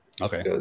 okay